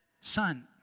son